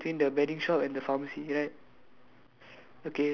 uh ya in between the betting shop and the pharmacy right